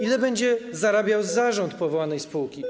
Ile będzie zarabiał zarząd powołanej spółki?